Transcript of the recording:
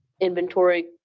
inventory